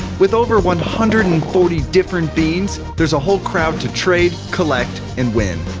with over one hundred and forty different beanz, there's a whole crowd to trade, collect, and win.